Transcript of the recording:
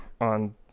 on